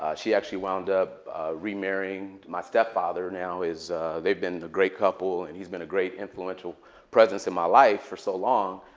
ah she actually wound up remarrying. my stepfather now is they've been a great couple. and he's been a great influential presence in my life for so long.